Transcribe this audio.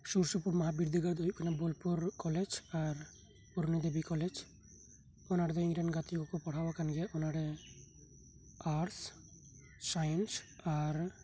ᱥᱩᱨ ᱥᱩᱯᱩᱨ ᱢᱚᱦᱟ ᱵᱤᱨᱫᱟᱹ ᱜᱟᱲ ᱫᱚ ᱦᱩᱭᱩᱜ ᱠᱟᱱᱟ ᱵᱚᱞᱯᱩᱨ ᱠᱚᱞᱮᱡ ᱯᱩᱨᱱᱤ ᱫᱮᱵᱤ ᱠᱚᱞᱮᱡ ᱚᱱᱟ ᱨᱮᱫᱚ ᱤᱧᱨᱮᱱ ᱜᱟᱛᱮ ᱠᱩᱠᱩ ᱯᱟᱲᱦᱟᱣ ᱟᱠᱟᱱ ᱜᱮᱭᱟ ᱚᱱᱟᱨᱮ ᱟᱨᱥ ᱥᱟᱭᱤᱱᱥ ᱟᱨ